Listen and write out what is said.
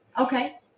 okay